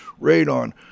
radon